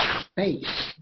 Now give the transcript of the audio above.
space